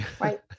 Right